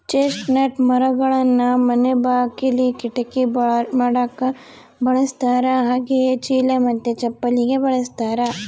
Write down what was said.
chestnut ಮರಗಳನ್ನ ಮನೆ ಬಾಕಿಲಿ, ಕಿಟಕಿ ಮಾಡಕ ಬಳಸ್ತಾರ ಹಾಗೆಯೇ ಚೀಲ ಮತ್ತೆ ಚಪ್ಪಲಿಗೆ ಬಳಸ್ತಾರ